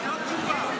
זאת התשובה,